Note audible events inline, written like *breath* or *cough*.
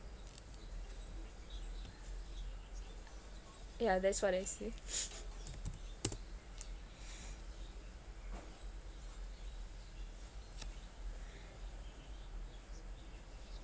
yeah that's what I see *breath*